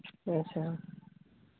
ᱟᱪᱪᱷᱟ